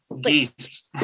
geese